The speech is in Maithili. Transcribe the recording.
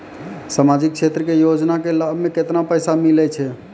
समाजिक क्षेत्र के योजना के लाभ मे केतना पैसा मिलै छै?